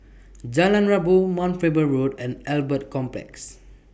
Jalan Rabu Mount Faber Road and Albert Complex